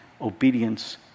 obedience